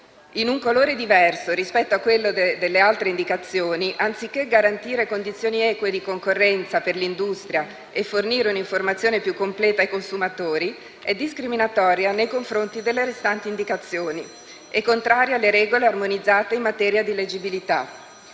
in un colore diverso rispetto a quello delle altre indicazioni, anziché garantire condizioni eque di concorrenza per l'industria e fornire un'informazione più completa ai consumatori, è discriminatoria nei confronti delle restanti indicazioni e contraria alle regole armonizzate in materia di leggibilità.